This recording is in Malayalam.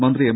മന്ത്രി എം